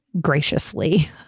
graciously